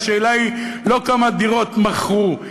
השאלה היא לא כמה דירות מכרו,